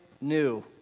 new